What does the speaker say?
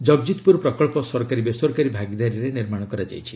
ଜଗଜିତପୁର ପ୍ରକଳ୍ପ ସରକାରୀ ବେସରକାରୀ ଭାଗିଦାରୀରେ ନିର୍ମାଣ କରାଯାଇଛି